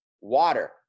Water